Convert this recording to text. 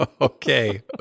Okay